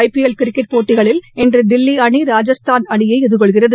ஐ P L cricket போட்டிகளில் இன்று தில்லி அணி ராஜஸ்தான் அணியை எதிர்கொள்கிறது